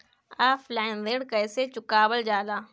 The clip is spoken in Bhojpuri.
ऑफलाइन ऋण कइसे चुकवाल जाला?